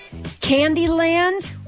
Candyland